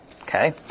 Okay